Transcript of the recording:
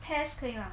pest 可以吗